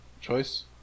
choice